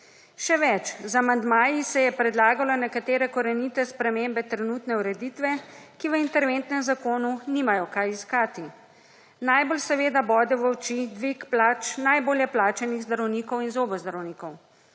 Še več, z amandmaji se je predlagalo nekatere korenite spremembe trenutne ureditve, ki v interventnem zakonu nimajo kaj iskati. Najbolj seveda bode v oči dvig plač najbolje plačanih zdravnikov in zobozdravnikov.